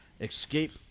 Escape